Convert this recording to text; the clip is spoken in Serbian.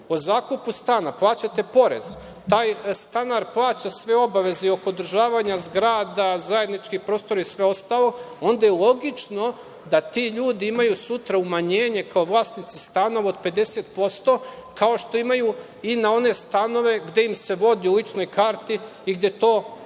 o zakupu stana, plaćate porez, taj stanar plaća sve obaveze i oko održavanja zgrada, zajedničkih prostora i sve ostalo, onda je logično da ti ljudi imaju sutra umanjenje kao vlasnici stanova od 50%, kao što imaju i na one stanove gde im se vodi u ličnoj karti i gde to